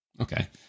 Okay